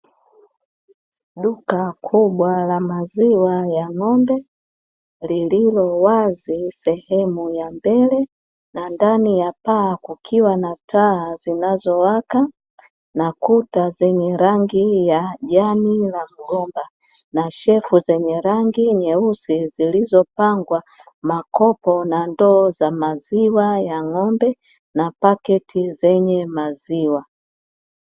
Duka kubwa la maziwa ya ng'ombe, lililo wazi sehemu ya mbele, na ndani ya paa kukiwa na taa zinazowaka na kuta zenye rangi ya jani la mgomba, na shelfu zenye rangi nyeusi zilizopangwa makopo na ndoo za maziwa ya ng'ombe, na paketi zenye maziwa.